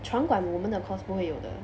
我们的 course 不会有的